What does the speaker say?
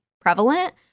prevalent